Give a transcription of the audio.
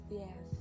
yes